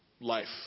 life